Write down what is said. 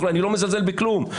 אני לא מזלזל בכלום,